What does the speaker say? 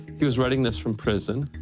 he was writing this from prison,